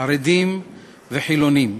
חרדים וחילונים,